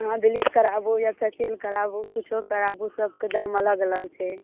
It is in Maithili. अहाँ बिलिच कराबू या फेसियल कराबू किछो कराबू सबके दाम अलग अलग छै